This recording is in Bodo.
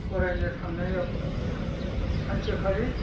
फरायनो थांनायाव सानसेखालि